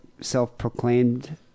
self-proclaimed